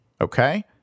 Okay